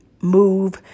move